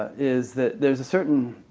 is that there is a certain